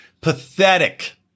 Pathetic